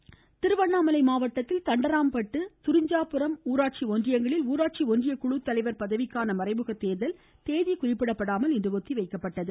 திருவண்ணாமலை மறைமுக தேர்தல் திருவண்ணாமலை மாவட்டத்தில் தண்டராம்பட்டு துரிஞ்சாபுரம் ஆகிய உளராட்சி ஒன்றியங்களில் ஊராட்சி ஒன்றிய குழு தலைவர் பதவிக்கான மறைமுக தேர்தல் தேதி குறிப்பிடப்படாமல் இன்று ஒத்திவைக்கப்பட்டது